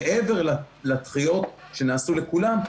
מעבר לדחיות שנעשו לכולם,